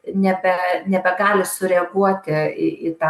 nebe nebegali sureaguoti į į tą